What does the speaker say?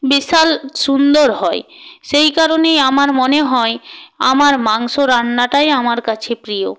বিশাল সুন্দর হয় সেই কারণেই আমার মনে হয় আমার মাংস রান্নাটাই আমার কাছে প্রিয়